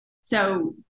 So-